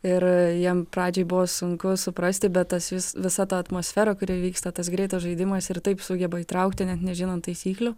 ir jam pradžiai buvo sunku suprasti bet tas vis visa ta atmosfera kuri vyksta tas greitas žaidimas ir taip sugeba įtraukti net nežinan taisyklių